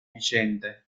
viciente